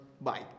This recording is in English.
Bye